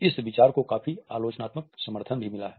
इस विचार को काफी आलोचनात्मक समर्थन भी मिला है